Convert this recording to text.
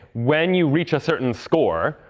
when you reach a certain score,